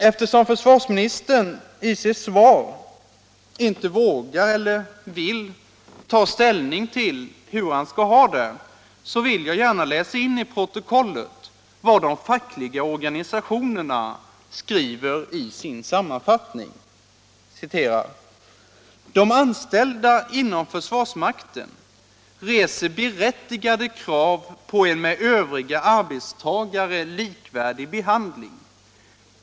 Eftersom försvarsministern i sitt svar inte vågar eller vill ta ställning till hur han skall ha det, vill jag gärna läsa in i protokollet vad de fackliga organisationerna skriver i sin sammanfattning: ”De anställda inom försvarsmakten reser berättigade krav på en med övriga arbetstagare likvärdig behandling.